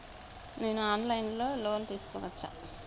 నేను online లో loan తీసుకోవచ్చా?